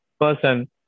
person